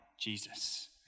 Jesus